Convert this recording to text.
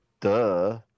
duh